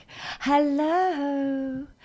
Hello